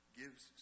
gives